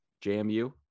JMU